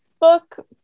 book